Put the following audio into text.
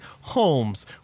Holmes